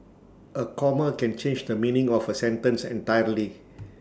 A comma can change the meaning of A sentence entirely